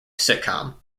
sitcom